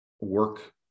work